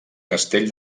castell